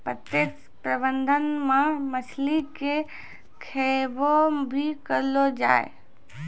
मत्स्य प्रबंधन मे मछली के खैबो भी करलो जाय